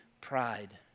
pride